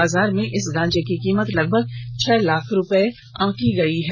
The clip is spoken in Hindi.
बाजार में इस गांजे की कीमत लगभग छह लाख रूपये आंकी गयी है